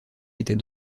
était